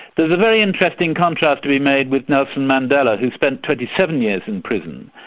there's a very interesting contrast to be made with nelson mandela who spent twenty seven years in prison.